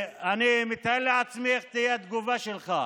אני מתאר לעצמי מה תהיה התגובה שלך,